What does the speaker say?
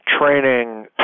training